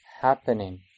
happening